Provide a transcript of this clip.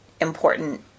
important